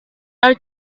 are